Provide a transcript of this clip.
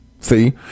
See